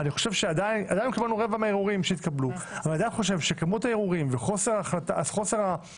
ואני עדיין חושב שכמות הערעורים וחוסר היכולת